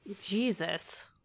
Jesus